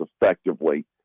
effectively